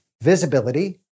Visibility